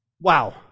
Wow